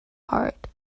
heart